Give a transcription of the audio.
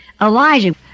Elijah